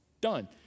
done